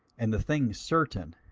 and the thing certain,